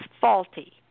faulty